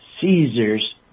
Caesar's